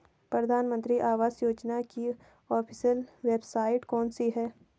प्रधानमंत्री आवास योजना की ऑफिशियल वेबसाइट कौन सी है?